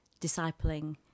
discipling